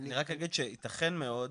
אני רק אגיד שייתכן מאוד,